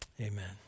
amen